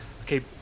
Okay